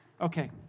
Okay